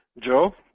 Joe